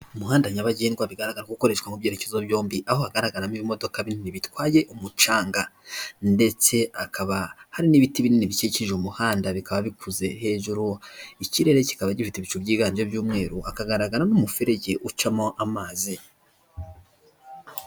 umuhanda nyabagendwa bigaragara gukoreshwa mu byerekezo byombi aho hagaragaramo imodoka nini bitwaye umucanga. ndetseba hari n'ibiti binini bikikije umuhanda bikaba bivuze. Hejuru ikirere kikaba gifite ibicu byiganje by'umweru hakagaragara n'umuferege ucamo amazi.